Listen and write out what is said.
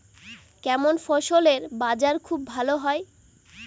কেমন ফসলের বাজার খুব ভালো হয়?